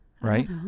right